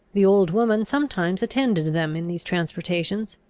the old woman sometimes attended them in these transportations,